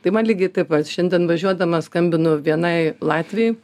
tai man lygiai taip pat šiandien važiuodama skambinu vienai latvei